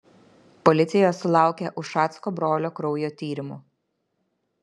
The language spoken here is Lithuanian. policija sulaukė ušacko brolio kraujo tyrimų